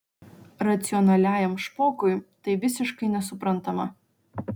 racionaliajam špokui tai visiškai nesuprantama